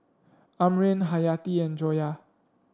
Amrin Haryati and Joyah